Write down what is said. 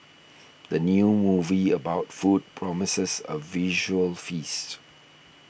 the new movie about food promises a visual feast